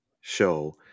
show